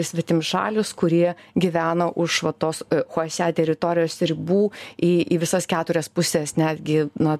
svetimšalius kurie gyvena už va tos chuasia teritorijos ribų į į visas keturias puses netgi na